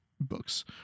books